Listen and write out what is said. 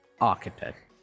architect